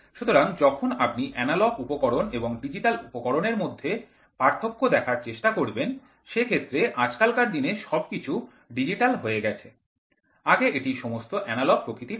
সুতরাং যখন আপনি এনালগ উপকরণ এবং ডিজিটাল উপকরণের মধ্যে পার্থক্যটি দেখার চেষ্টা করবেন সে ক্ষেত্রে আজকালকার দিনে সবকিছু ডিজিটাল হয়ে গেছে আগে এটি সমস্ত এনালগ প্রকৃতির ছিল